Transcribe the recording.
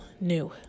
new